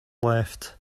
left